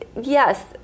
yes